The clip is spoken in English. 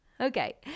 Okay